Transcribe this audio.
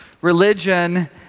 religion